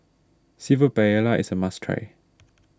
Seafood Paella is a must try